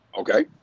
okay